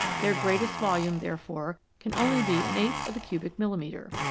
their greatest volume therefore can only be an eighth of a cubic milli metre.